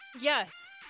Yes